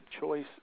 choice